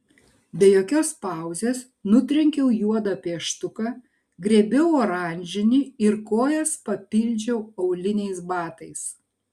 be jokios pauzės nutrenkiau juodą pieštuką griebiau oranžinį ir kojas papildžiau auliniais batais